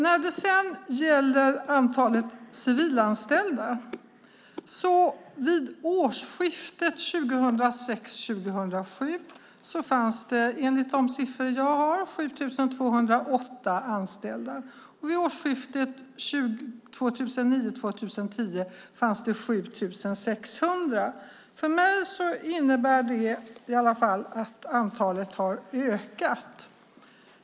När det gäller antalet civilanställda fanns vid årsskiftet 2006 10 var antalet 7 600. För mig innebär det att antalet har ökat.